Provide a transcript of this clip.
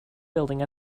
building